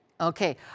Okay